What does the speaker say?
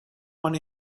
one